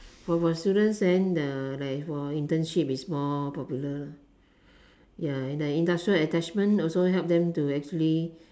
for for students then the like for internship is more popular ya and the industrial attachment also help them to actually